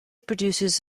produces